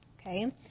Okay